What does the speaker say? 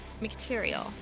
material